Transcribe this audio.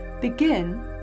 Begin